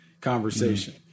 conversation